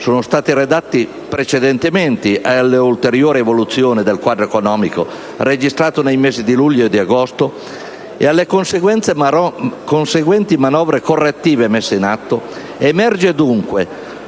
sono stati redatti precedentemente alle ulteriori evoluzioni del quadro economico, registrate nei mesi di luglio e di agosto, e alle conseguenti manovre correttive messe in atto, emerge dunque,